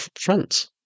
France